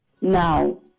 Now